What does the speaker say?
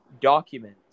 documents